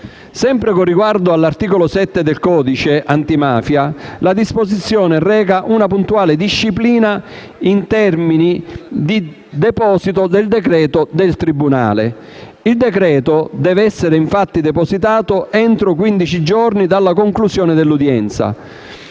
Sempre con riguardo all'articolo 7 del codice antimafia, la disposizione reca una puntuale disciplina in tema di termini di deposito del decreto del tribunale. Il decreto deve essere infatti depositato entro quindici giorni dalla conclusione dell'udienza.